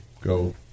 go